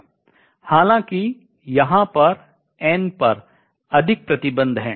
हालाँकि यहाँ पर अधिक प्रतिबंध हैं